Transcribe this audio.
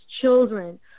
children